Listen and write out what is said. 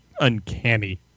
Uncanny